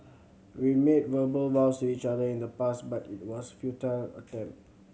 we made verbal vows each other in the past but it was futile attempt